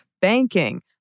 banking